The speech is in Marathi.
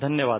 धन्यवाद